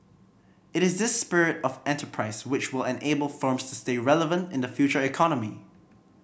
it is this spirit of enterprise which will enable firms to stay relevant in the future economy